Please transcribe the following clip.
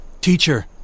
Teacher